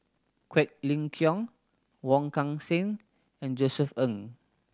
Quek Ling Kiong Wong Kan Seng and Josef Ng